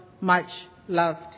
much-loved